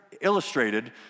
illustrated